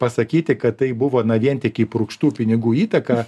pasakyti kad tai buvo na vien tik įpurkštų pinigų įtaka